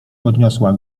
podniosła